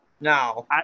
No